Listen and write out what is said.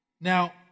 Now